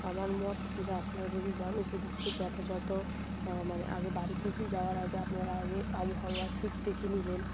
আমার মত যে আপনারা যদি যার উপযুক্ত যথাযথ মানে আগে বাড়ি থেকেই যাওয়ার আগে আপনারা আগে আবহাওয়া ঠিক দেখে নিলেন